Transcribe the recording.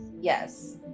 yes